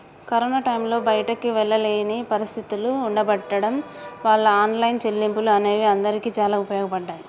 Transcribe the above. corona టైంలో బయటికి వెళ్ళలేని పరిస్థితులు ఉండబడ్డం వాళ్ళ ఆన్లైన్ చెల్లింపులు అనేవి అందరికీ చాలా ఉపయోగపడ్డాయి